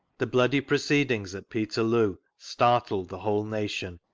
the bloody proceedings at peterloo startled the whole nation.